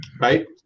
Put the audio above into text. right